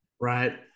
Right